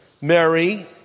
Mary